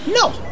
No